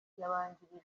yabanjirijwe